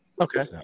Okay